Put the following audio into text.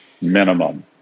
minimum